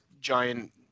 giant